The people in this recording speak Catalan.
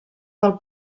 del